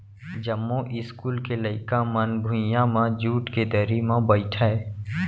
जमो इस्कूल के लइका मन भुइयां म जूट के दरी म बइठय